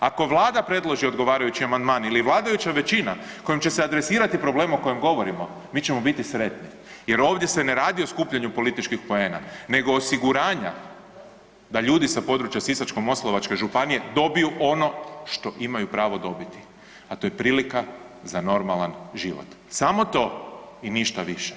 Ako Vlada predloži odgovarajući amandman ili vladajuća većina kojom će se adresirati problem o kojem govorimo mi ćemo biti sretni jer ovdje se ne radi o skupljanju političkih poena nego osiguranja da ljudi sa područja Sisačko-moslavačke županije dobiju ono što imaju pravo dobiti, a to je prilika za normalan život, samo to i ništa više.